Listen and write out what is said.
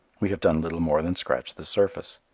we have done little more than scratch the surface.